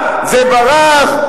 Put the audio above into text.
זה ברח,